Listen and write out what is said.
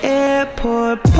airport